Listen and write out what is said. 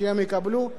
הם יקבלו,